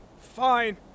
Fine